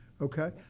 Okay